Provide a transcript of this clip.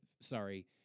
sorry